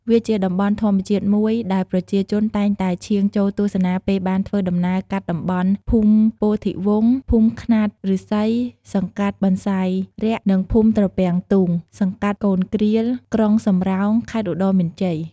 វាជាតំបន់ធម្មជាតិមួយដែលប្រជាជនតែងតែឈៀងចូលទស្សនាពេលបានធ្វើដំណើរកាត់តំបន់ ភូមិពោធិ៍វង្ស ភូមិខ្នាតឫស្សី សង្កាត់បន្សាយរាក និងភូមិត្រពាំងទូង សង្កាត់កូនគ្រៀល ក្រុងសំរោង ខេត្តឧត្តរមានជ័យ។